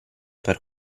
per